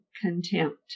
contempt